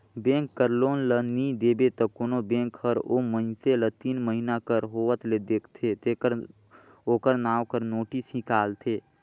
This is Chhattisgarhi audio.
बेंक कर लोन ल नी देबे त कोनो बेंक हर ओ मइनसे ल तीन महिना कर होवत ले देखथे तेकर ओकर नांव कर नोटिस हिंकालथे